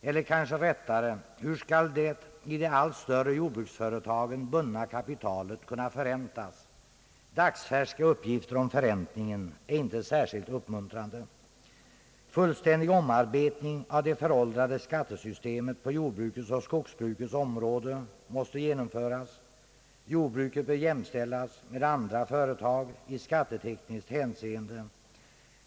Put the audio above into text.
Eller kanske rättare: Hur skall det i de allt större jordbruksföretagen bundna kapitalet kunna förräntas? De färska uppgifter som finns om förräntningen är inte särskilt uppmuntrande. Fullständig omarbetning av det föråldrade skattesystemet på jordbrukets och skogsbrukets område måste genomföras. Jordbruket bör jämställas med andra företag i skattetekniskt hänseende.